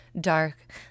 dark